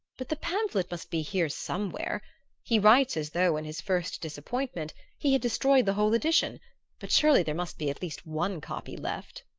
but the pamphlet must be here somewhere he writes as though, in his first disappointment, he had destroyed the whole edition but surely there must be at least one copy left?